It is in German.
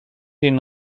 den